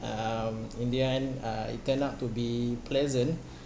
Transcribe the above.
um in the end uh it turned out to be pleasant